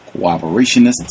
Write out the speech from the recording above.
cooperationists